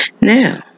Now